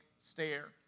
stare